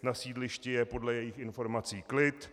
Na sídlišti je podle jejích informací klid.